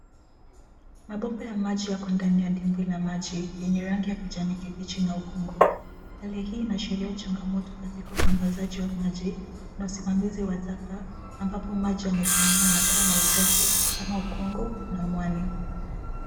Mabomba ya maji yako ndani ya dimbwi la maji yenye rangi ya kijani kibichi na ukungu. Hali hii inaashiria changamoto katika usambazaji wa maji na usimamizi wa taka ambapo maji yamesimama na kuwa na uchafu kama ukungu na mwani.